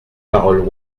paroles